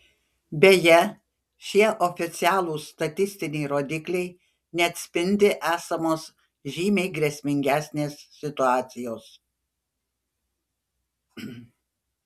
beje šie oficialūs statistiniai rodikliai neatspindi esamos žymiai grėsmingesnės situacijos